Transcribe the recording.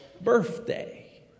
birthday